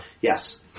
Yes